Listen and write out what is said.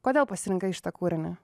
kodėl pasirinkai šitą kūrinį